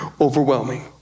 overwhelming